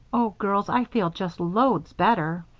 oh, girls, i feel just loads better.